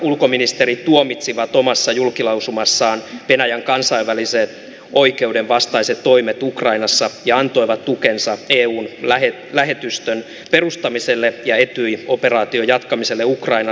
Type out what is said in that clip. ulkoministerit tuomitsivat omassa julkilausumassaan venäjän kansainvälisen oikeuden vastaiset toimet ukrainassa ja antoivat tukensa eun lähetystön perustamiselle ja etyj operaation jatkamiselle ukrainassa